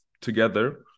together